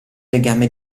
legame